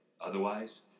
Otherwise